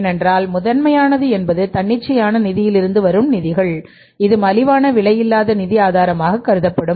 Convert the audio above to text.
ஏனென்றால் முதன்மையானது என்பது தன்னிச்சையான நிதியிலிருந்து வரும் நிதிகள் இது மலிவான விலையில்லாத நிதி ஆதாரமாக கருதப்படும்